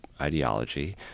ideology